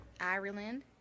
Ireland